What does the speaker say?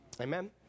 Amen